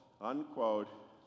unquote